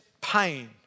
pain